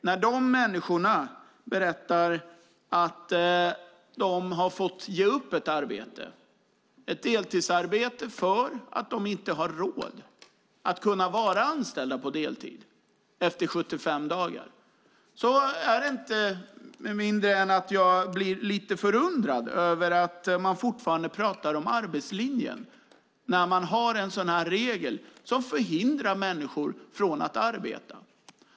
När dessa människor berättar att de har fått ge upp ett deltidsarbete därför att de efter 75 dagar inte har råd att vara anställda på deltid blir jag lite förundrad över att man fortfarande talar om arbetslinjen. Man har ju en regel som hindrar människor att arbeta.